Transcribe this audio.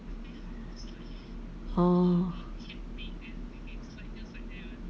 oh